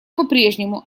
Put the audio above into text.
попрежнему